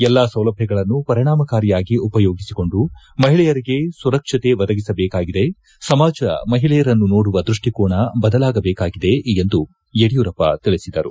ಎಲ್ಲಾ ಸೌಲಭ್ಯಗಳನ್ನು ಪರಿಣಾಮಕಾರಿಯಾಗಿ ಉಪಯೋಗಿಸಿಕೊಂಡು ಮಹಿಳೆಯರಿಗೆ ಸುರಕ್ಷತೆ ಸುರಕ್ಷತೆ ಸುರಕ್ಷತೆ ಸುರಕ್ಷತೆ ಸುಮಾಜ ಸುಮಿಳೆಯರನ್ನು ನೋಡುವ ಸದೃಷ್ಠಿಕೋನ ಬದಲಾಗಬೇಕಾಗಿದೆ ಎಂದು ಯಡಿಯೂರಪ್ಪ ತಿಳಿಸಿದರು